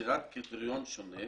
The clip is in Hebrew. יצירת קריטריון שונה